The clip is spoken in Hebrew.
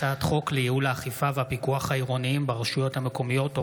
הצעת חוק הביטוח הלאומי (תיקון,